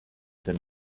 than